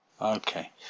Okay